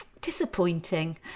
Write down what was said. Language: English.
disappointing